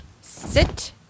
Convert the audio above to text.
Sit